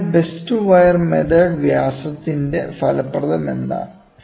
അതിനാൽ best wire method വ്യാസത്തിന്റെ ഫലം എന്താണ്